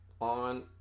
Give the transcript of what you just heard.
on